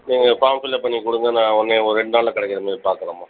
நீங்கள் form fill பண்ணி கொடுங்க நான் உடனே ஒரு ரெண்டு நாளில் கிடைக்குற மாதிரி பாக்கிறேம்மா